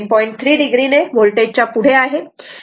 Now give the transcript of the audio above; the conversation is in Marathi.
3 o ने होल्टेजच्या पुढे आहे